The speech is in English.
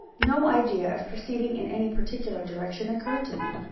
no idea of proceeding in any particular direction occurred to me.